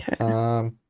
okay